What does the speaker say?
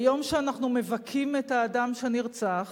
ביום שאנחנו מבכים את האדם שנרצח,